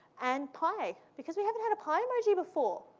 and pie, because we haven't had a pie emoji before.